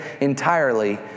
entirely